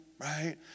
right